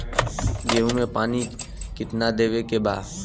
गेहूँ मे पानी कितनादेवे के बा?